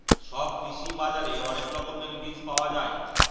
সব কৃষি বাজারে অনেক রকমের বীজ পাওয়া যায়